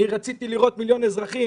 אני רציתי לראות מיליון אזרחים